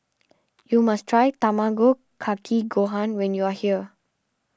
you must try Tamago Kake Gohan when you are here